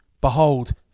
Behold